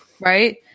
right